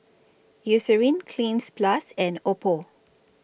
Eucerin Cleanz Plus and Oppo